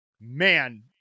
man